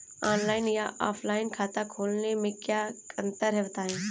Online या offline खाता खोलने में क्या अंतर है बताएँ?